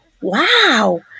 Wow